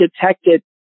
detected